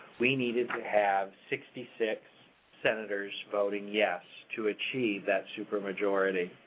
we needed to have sixty six senators voting yes to achieve that super majority.